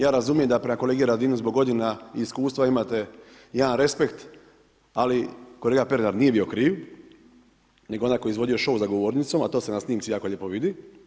Ja razumijem da prema kolegi Radinu zbog godina i iskustva imate jedan respekt, ali kolega Pernar nije bio kriv, nego onaj koji je izvodio show za govornicom, a to se na snimci jako lijepo vidi.